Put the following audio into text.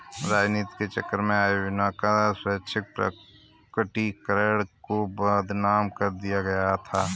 राजनीति के चक्कर में आय योजना का स्वैच्छिक प्रकटीकरण को बदनाम कर दिया गया था